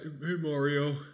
Mario